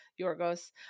Yorgos